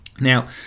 Now